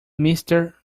mister